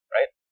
Right